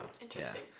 interesting